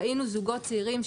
ראינו זוגות צעירים,